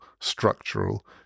structural